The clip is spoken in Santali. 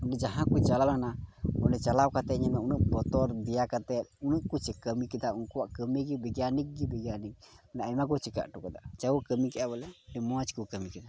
ᱚᱸᱰᱮ ᱡᱟᱦᱟᱸᱭ ᱠᱚ ᱪᱟᱞᱟᱣ ᱞᱮᱱᱟ ᱚᱸᱰᱮ ᱪᱟᱞᱟᱣ ᱠᱟᱛᱮᱫ ᱡᱮᱱᱚ ᱩᱱᱟᱹᱜ ᱵᱚᱛᱚᱨ ᱫᱮᱭᱟ ᱠᱟᱛᱮᱫ ᱩᱱᱟᱹᱜ ᱠᱚ ᱠᱟᱹᱢᱤ ᱠᱮᱫᱟ ᱩᱱᱠᱩᱣᱟᱜ ᱠᱟᱹᱢᱤ ᱜᱮ ᱵᱤᱜᱽᱜᱟᱱᱤᱠ ᱜᱮ ᱵᱤᱜᱽᱜᱟᱱᱤᱠ ᱢᱟᱱᱮ ᱟᱭᱢᱟ ᱠᱚ ᱪᱮᱠᱟ ᱦᱚᱴᱚ ᱠᱟᱫᱟ ᱡᱟᱣ ᱦᱚᱠ ᱠᱟᱹᱢᱤ ᱦᱚᱴᱚ ᱠᱮᱜᱼᱟ ᱵᱚᱞᱮ ᱟᱹᱰᱤ ᱢᱚᱡᱽ ᱠᱚ ᱠᱟᱹᱢᱤ ᱠᱮᱫᱟ